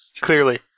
Clearly